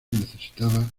necesitaba